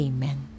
Amen